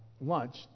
lunch